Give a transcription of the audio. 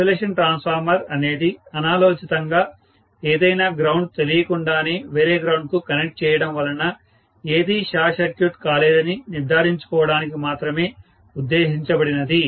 isolation transformer అనేది అనాలోచితంగా ఏదైనా గ్రౌండ్ తెలియకుండానే వేరే గ్రౌండ్ కు కనెక్ట్ చేయడం వలన ఏదీ షార్ట్ సర్క్యూట్ కాలేదని నిర్ధారించుకోవడానికి మాత్రమే ఉద్దేశించబడినది